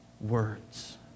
words